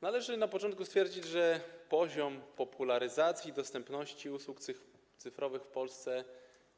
Należy na początku stwierdzić, że poziom popularyzacji, dostępności usług cyfrowych w Polsce